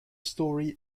story